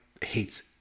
hates